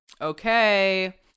Okay